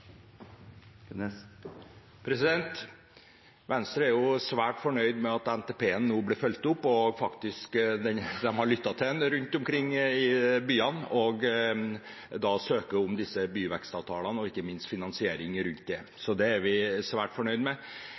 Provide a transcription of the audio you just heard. Venstre er svært fornøyd med at NTP-en nå blir fulgt opp, at de faktisk har lyttet til den rundt omkring i byene og søker om disse byvekstavtalene og ikke minst finansieringen av dem. Det er vi svært fornøyd med.